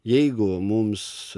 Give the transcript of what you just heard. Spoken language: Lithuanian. jeigu mums